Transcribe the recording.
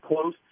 close